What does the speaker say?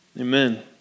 Amen